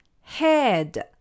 head